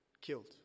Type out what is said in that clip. killed